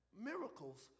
Miracles